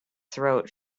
throat